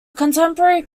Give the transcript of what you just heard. contemporary